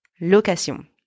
location